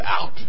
out